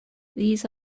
these